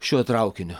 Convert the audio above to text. šiuo traukiniu